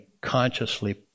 consciously